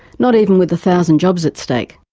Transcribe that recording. not even with a thousand jobs at stake.